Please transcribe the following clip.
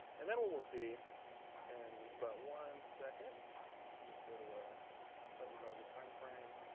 and then we'll we'll see in about one second just go to a slightly larger time frame